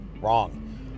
wrong